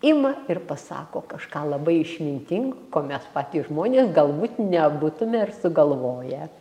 ima ir pasako kažką labai išmintingo ko mes patys žmonės galbūt nebūtume ir sugalvoję